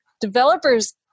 developers